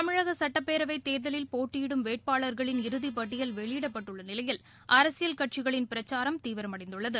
தமிழக சுட்டப்பேரவைத் தேர்தலில் போட்டியிடும் வேட்பாளர்களின் இறதிப்பட்டியல் வெளியிடப்பட்டுள்ள நிலையில் அரசியல் கட்சிகளின் பிரச்சாரம் தீவிரமடைந்துள்ளது